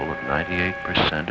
over ninety eight percent